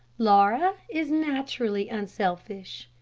laura is naturally unselfish.